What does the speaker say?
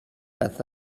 but